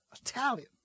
Italian